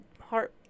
heart